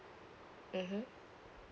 mmhmm